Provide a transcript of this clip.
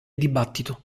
dibattito